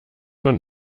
man